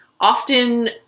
often